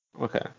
Okay